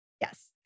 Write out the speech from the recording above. Yes